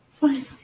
fine